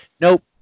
nope